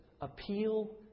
appeal